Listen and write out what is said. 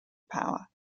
power